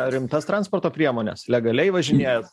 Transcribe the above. rimtas transporto priemones legaliai važinėja